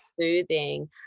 soothing